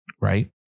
right